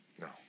No